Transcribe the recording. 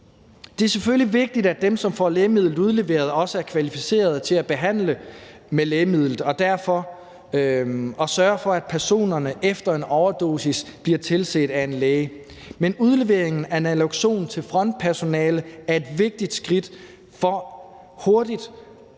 Det er selvfølgelig vigtigt, at dem, som får lægemidlet udleveret, også er kvalificeret til at behandle med lægemidlet og sørger for, at personerne efter en overdosis bliver tilset af en læge. Men udleveringen af naloxon til frontpersonale er et vigtigt skridt til hurtigt